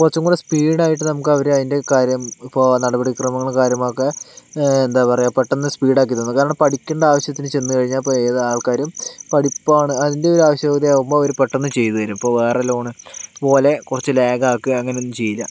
കുറച്ചും കൂടെ സ്പീഡായിട്ട് നമുക്ക് അവര് അതിൻ്റെ കാര്യം ഇപ്പോൾ നടപടിക്രമങ്ങളും കാര്യങ്ങളൊക്കെ എന്താ പറയുക പെട്ടെന്ന് സ്പീഡാക്കി തന്നു കാരണം പഠിക്കണ്ട ആവശ്യത്തിന് ചെന്ന് കഴിഞ്ഞാൽ ഇപ്പോൾ ഏത് ആൾക്കാരും പഠിപ്പാണ് അതിൻ്റെ ഒര് ആവശ്യകത ആകുമ്പോൾ അവര് പെട്ടെന്ന് ചെയ്തുതരും ഇപ്പോൾ വേറെ ലോണ് പോലെ കുറച്ച് ലാഗ് ആക്കുകയോ അങ്ങനൊന്നും ചെയ്യില്ല